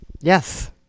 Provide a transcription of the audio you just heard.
Yes